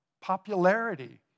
popularity